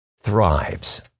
thrives